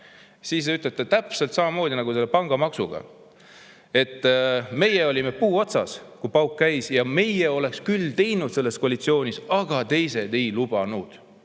siis te ütlete täpselt samamoodi nagu selle pangamaksu puhul, et teie olite puu otsas, kui pauk käis, ja teie oleks küll seda selles koalitsioonis teinud, aga teised ei lubanud.